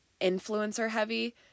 influencer-heavy